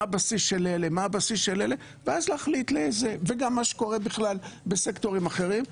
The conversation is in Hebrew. מה הבסיס של אלה ומה הבסיס של אלה וגם מה שקורה בכלל בסקטורים אחרים,